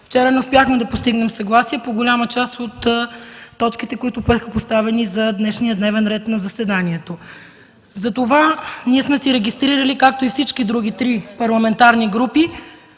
Вчера не успяхме да постигнем съгласие по голяма част от точките, които бяха поставени за дневния ред на днешното заседание. Затова ние сме се регистрирали, както всички други три парламентарни групи,